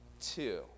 Two